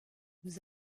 nous